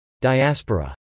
Diaspora